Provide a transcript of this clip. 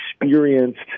experienced